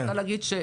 זו